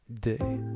day